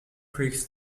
prix